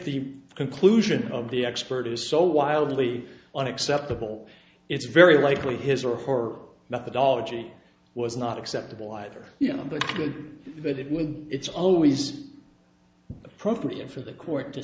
the conclusion of the expert is so wildly on acceptable it's very likely his or her methodology was not acceptable either you know but with it with it's always appropriate for the court to